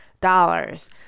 dollars